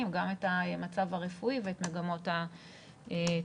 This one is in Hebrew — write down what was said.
גם את המצב הרפואי ואת מגמות התחלואה.